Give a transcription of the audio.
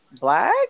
black